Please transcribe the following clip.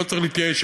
לא צריך להתייאש.